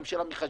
גם של המחשבים.